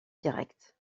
direct